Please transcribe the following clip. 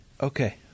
Okay